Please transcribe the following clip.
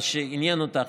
מה שעניין אותך,